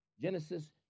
genesis